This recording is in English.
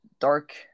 dark